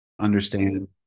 understand